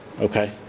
okay